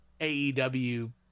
aew